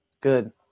good